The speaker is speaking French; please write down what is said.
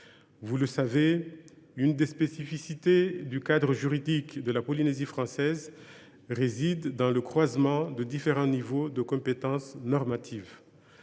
Vous le savez, l’une des spécificités du cadre juridique de la Polynésie française réside dans l’entrecroisement de différents niveaux de compétences normatives.